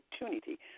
opportunity